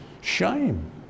shame